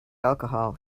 alcohol